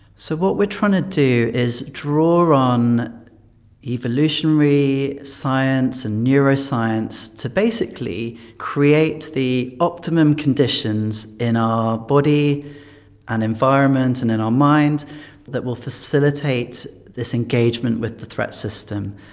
so what we are trying to do is draw on evolutionary science and neuroscience to basically create the optimum conditions in our body and environment and in our mind that will facilitate this engagement with the threat system.